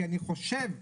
כי אני חושב שבאמת,